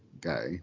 guy